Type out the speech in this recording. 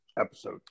episode